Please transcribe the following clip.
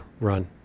run